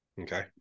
okay